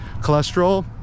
cholesterol